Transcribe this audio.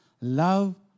Love